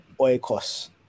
oikos